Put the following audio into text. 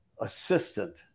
assistant